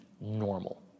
normal